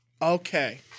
Okay